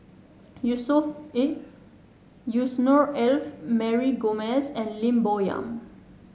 Yusnor Ef Mary Gomes and Lim Bo Yam